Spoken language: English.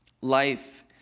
life